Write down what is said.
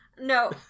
No